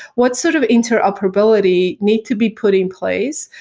what's sort of interoperability need to be put in place?